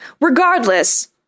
regardless